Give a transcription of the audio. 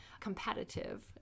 competitive